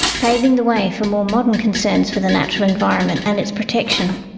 paving the way for more modern concerns for the natural environment and its protection.